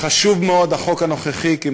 החוק הנוכחי חשוב מאוד,